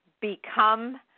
become